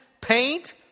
paint